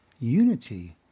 unity